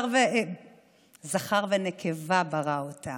זכר ונקבה ברא אותם,